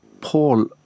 Paul